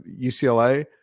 UCLA